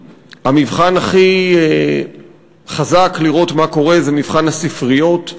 המבחן הכי חזק לראות מה קורה זה מבחן הספריות,